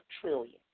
trillion